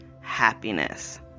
happiness